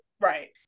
right